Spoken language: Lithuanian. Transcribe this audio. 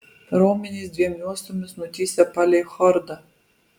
raumenys dviem juostomis nutįsę palei chordą